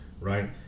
right